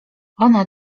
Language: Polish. ona